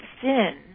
sin